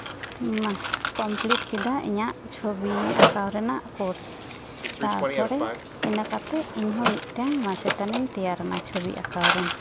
complete ᱠᱮᱫᱟ ᱤᱧᱟᱜ ᱪᱷᱚᱵᱤ ᱟᱸᱠᱟᱣ ᱨᱮᱱᱟᱜ ᱠᱳᱨᱥ ᱛᱟᱨᱯᱚᱨᱮ ᱤᱱᱟᱹ ᱠᱟᱛᱮᱫ ᱤᱧ ᱦᱚᱸ ᱢᱤᱫᱴᱟᱱ ᱢᱟᱪᱮᱛᱟᱱᱤᱧ ᱛᱮᱭᱟᱨᱱᱟ ᱪᱷᱚᱵᱤ ᱟᱸᱠᱟᱣ ᱨᱮᱱ